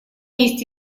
есть